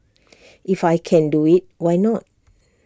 if I can do IT why not